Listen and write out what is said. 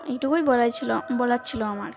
এটুকুই বলার ছিল বলার ছিল আমার